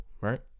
right